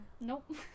Nope